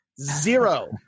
Zero